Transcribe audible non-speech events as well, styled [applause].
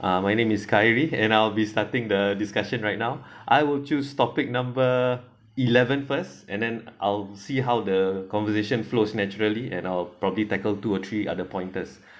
uh my name is kyrie and I'll be starting the discussion right now [breath] I would choose topic number eleven first and then I'll see how the conversation flows naturally and i'll probably tackle two or three other pointers [breath]